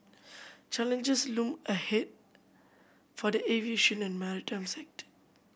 challenges loom ahead for the aviation and maritime sector